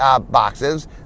boxes